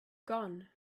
gone